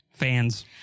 fans